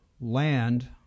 land